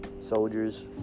soldiers